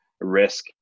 risk